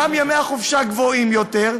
ושם ימי החופשה רבים יותר,